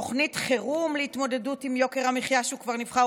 תוכנית חירום להתמודדות עם יוקר המחיה כשהוא כבר נבחר,